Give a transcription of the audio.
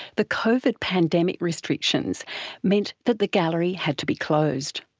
the covid pandemic restrictions meant that the gallery had to be closed.